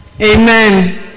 Amen